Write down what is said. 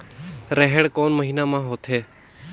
रेहेण कोन महीना म होथे?